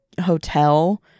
hotel